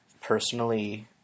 personally